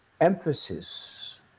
emphasis